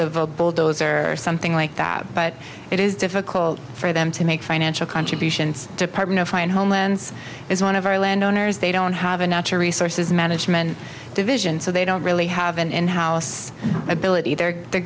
of a bulldozer something like that but it is difficult for them to make financial contributions department and homelands is one of our landowners they don't have a natural resources management division so they don't really have an in house ability there they're